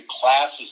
classes